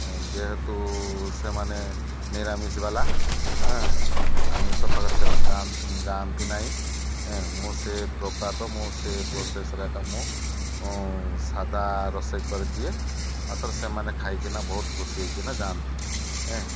ଯେହେତୁ ସେମାନେ ନିରାମିଷି ବାଲା ଏଁ ଆମିଷ ପାଖରେ ସେମାନେ ଯାଆନ୍ତି ଯାଆନ୍ତି ନାଇଁ ଏଁ ମୁଁ ସେ ପ୍ରକାରର ମୁଁ ସେ ପ୍ରୋସେସରେ ଏକା ମୁଁ ସାଦା ରୋଷେଇ କରିଦିଏ ମାତ୍ର ସେମାନେ ଖାଇକିନା ବହୁତ ଖୁସି ହେଇକିନା ଯାଆନ୍ତି ଏଁ